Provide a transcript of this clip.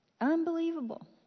Unbelievable